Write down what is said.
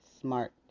smart